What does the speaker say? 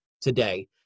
today